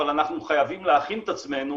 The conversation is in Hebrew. אבל אנחנו חייבים להכין את עצמנו